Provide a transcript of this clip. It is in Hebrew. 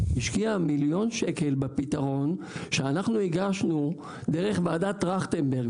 השקיע מיליון שקל בפתרון שאנחנו הגשנו דרך ועדת טרכטנברג,